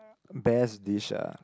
best dish ah